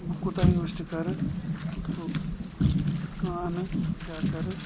بہٕ کوٗتاہ invest کرٕ تہٕ کِتھٕ کٔنۍ انہٕ تہٕ کیٛاہ کرٕ